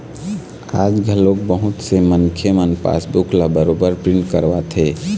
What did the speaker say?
आज घलोक बहुत से मनखे मन पासबूक ल बरोबर प्रिंट करवाथे